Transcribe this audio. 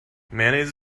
mayonnaise